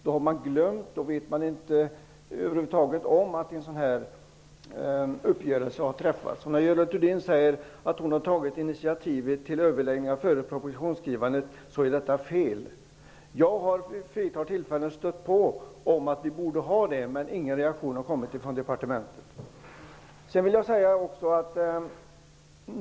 Då hade man glömt och visste över huvud taget inte om att uppgörelsen hade träffats. När Görel Thurdin säger att hon har tagit initiativet till överläggningar före propositionsskrivandet. Detta är fel. Jag har vid ett flertal tillfällen gjort påstötningar om att vi borde ha överläggningar, men det har inte kommit några reaktioner från departementet.